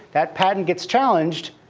that patent gets challenged,